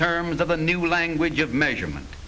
terms of the new language of measurement